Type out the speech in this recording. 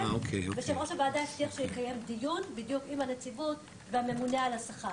הוועדה הבטיח שיקיים דיון עם הנציבות והממונה על השכר.